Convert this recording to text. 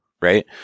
right